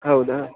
ಹೌದಾ